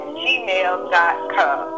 gmail.com